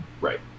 Right